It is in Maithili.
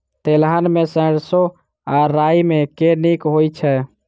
तेलहन मे सैरसो आ राई मे केँ नीक होइ छै?